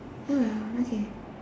oh well okay